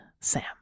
Sam